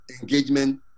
engagement